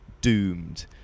doomed